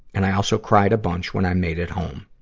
and i also cried a bunch when i made it home.